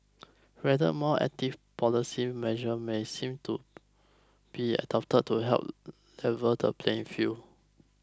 rather more active policy measures may seem to be adopted to help level the playing field